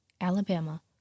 Alabama